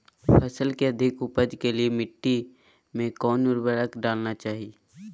फसल के अधिक उपज के लिए मिट्टी मे कौन उर्वरक डलना चाइए?